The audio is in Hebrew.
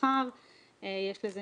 מתוכן כ-60% ענו לנו שהם קיבלו בזכות הפנייה